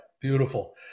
Beautiful